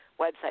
website